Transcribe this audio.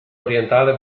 orientale